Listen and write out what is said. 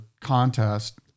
contest